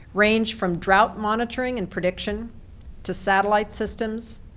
range from drought monitoring and prediction to satellite systems,